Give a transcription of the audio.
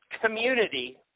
community